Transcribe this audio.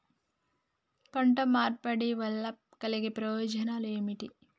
పంట మార్పిడి వల్ల కలిగే ప్రయోజనాలు ఏమిటి?